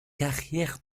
carrière